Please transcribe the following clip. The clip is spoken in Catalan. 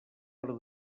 per